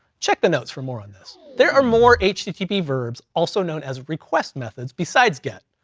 check the notes for more on this. there are more http verbs, also known as request methods, besides get.